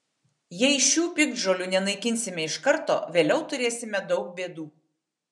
jei šių piktžolių nenaikinsime iš karto vėliau turėsime daug bėdų